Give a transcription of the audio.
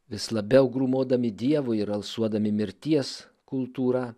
vis labiau grūmodami dievui ir alsuodami mirties kultūra